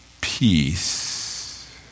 peace